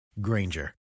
Granger